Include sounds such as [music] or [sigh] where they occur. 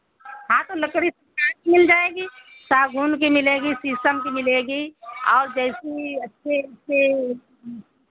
हाँ तो लकड़ी [unintelligible] मिल जाएगी सागून की मिलेगी शीशम की मिलेगी और जैसी अच्छे अच्छे